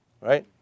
right